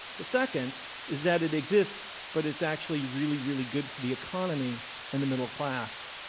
the second is that it exists but it's actually really, really good for the economy and the middle class.